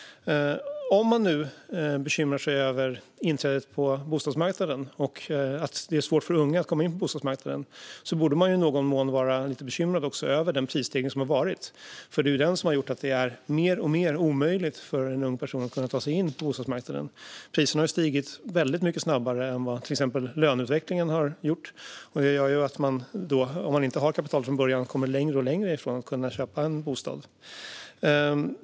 Om man nu bekymrar sig över inträdet på bostadsmarknaden och att det är svårt för unga att komma in på bostadsmarknaden borde man i någon mån också vara bekymrad över den prisstegring som har varit. Det är ju den som har gjort att det blivit mer och mer omöjligt för en ung person att ta sig in på bostadsmarknaden. Priserna har ju stigit väldigt mycket snabbare än vad till exempel lönerna har gjort. Det gör att man, om man inte har kapital från början, kommer allt längre ifrån möjligheten att köpa en bostad.